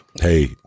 Hey